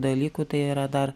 dalykų tai yra dar